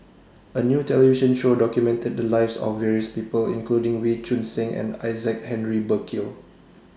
A New television Show documented The Lives of various People including Wee Choon Seng and Isaac Henry Burkill